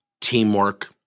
teamwork